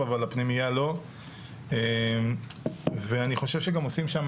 אבל הפנימייה לא ואני חושב שגם עושים שמה